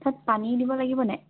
তাত পানী দিব লাগিব নাই